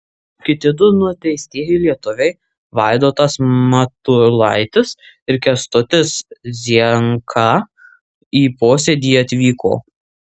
kiti du nuteistieji lietuviai vaidotas matulaitis ir kęstutis zienka į posėdį atvyko